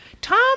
Tom